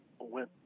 went